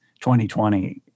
2020